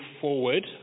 forward